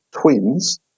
twins